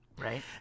Right